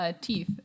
teeth